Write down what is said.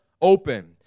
open